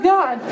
God